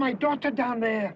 my daughter down there